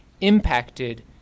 impacted